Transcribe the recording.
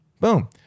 Boom